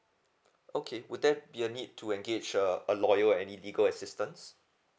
okay would there be a need to engage a a lawyer or any legal assistance